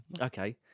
Okay